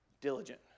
Diligent